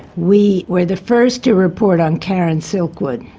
we were the first to report on karen silkwood.